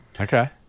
Okay